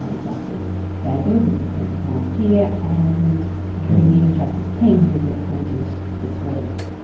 ah and justice gageler, who was appointed last year, and the new justice keane who will be appointed this week.